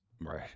right